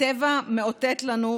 הטבע מאותת לנו,